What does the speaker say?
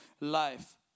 life